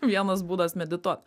vienas būdas medituot